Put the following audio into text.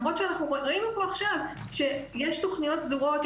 למרות שאנחנו ראינו פה עכשיו שיש תוכניות סדורות,